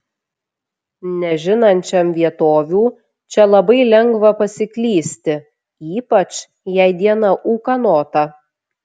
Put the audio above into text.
nežinančiam vietovių čia labai lengva pasiklysti ypač jei diena ūkanota